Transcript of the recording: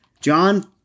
John